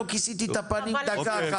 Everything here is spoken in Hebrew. לא כיסיתי את הפנים דקה אחת.